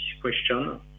question